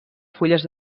fulles